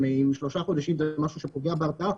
אם שלושה חודשים זה משהו שפוגע בהרתעה,